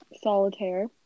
Solitaire